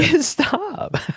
Stop